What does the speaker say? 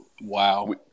Wow